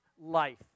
life